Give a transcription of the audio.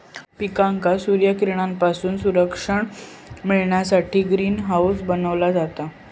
पिकांका सूर्यकिरणांपासून संरक्षण मिळण्यासाठी ग्रीन हाऊस बनवला जाता